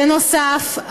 בנוסף,